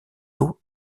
eau